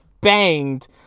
banged